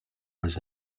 was